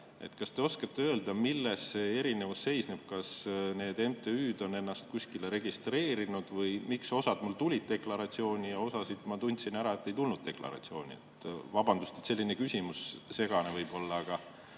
Kas te oskate öelda, milles see erinevus seisneb? Kas need MTÜ-d on ennast kuskile registreerinud või miks osa mul tuli deklaratsiooni ja osa puhul ma tundsin ära, et need ei tulnud deklaratsiooni? Vabandust, et selline küsimus! Segane võib‑olla, aga